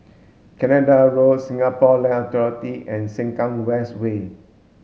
Canada Road Singapore Land Authority and Sengkang West Way